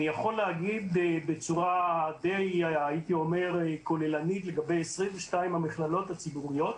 אני יכול להגיד בצורה הייתי אומר די כוללנית לגבי 22 המכללות הציבוריות,